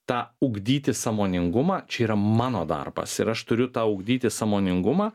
tą ugdyti sąmoningumą čia yra mano darbas ir aš turiu tą ugdyti sąmoningumą